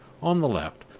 on the left,